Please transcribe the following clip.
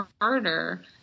harder